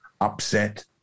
upset